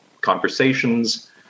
conversations